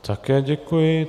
Také děkuji.